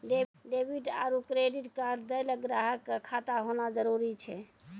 debit आरू credit card दैय ल ग्राहक क खाता होना जरूरी छै